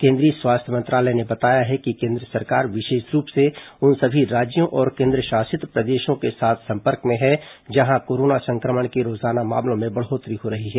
केंद्रीय स्वास्थ्य मंत्रालय ने बताया है कि केन्द्र सरकार विशेष रूप से उन सभी राज्यों और केन्द्रशासित प्रदेशों के साथ संपर्क में हैं जहां कोरोना संक्रमण के रोजाना मामलों में बढ़ोतरी हो रही है